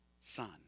son